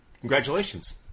Congratulations